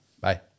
Bye